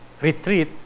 retreat